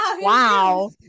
Wow